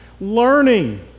learning